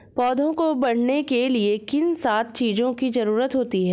पौधों को बढ़ने के लिए किन सात चीजों की जरूरत होती है?